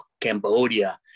Cambodia